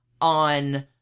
on